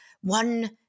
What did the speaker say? one